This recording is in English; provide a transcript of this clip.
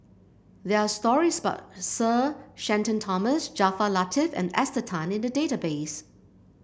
there are stories about Sir Shenton Thomas Jaafar Latiff and Esther Tan in the database